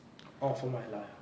orh for my life